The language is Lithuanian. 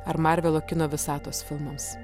ar marvelo kino visatos filmams